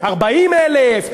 40,000,